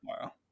wow